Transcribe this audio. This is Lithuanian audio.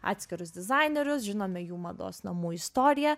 atskirus dizainerius žinome jų mados namų istoriją